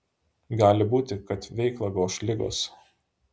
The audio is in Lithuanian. gali būti jog veiklą goš ligos